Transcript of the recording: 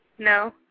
No